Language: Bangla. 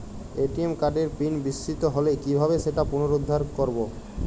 এ.টি.এম কার্ডের পিন বিস্মৃত হলে কীভাবে সেটা পুনরূদ্ধার করব?